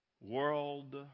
world